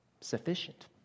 sufficient